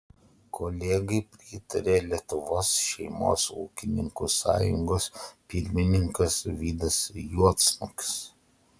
kolegai pritarė lietuvos šeimos ūkininkų sąjungos pirmininkas vidas juodsnukis